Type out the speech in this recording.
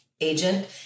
agent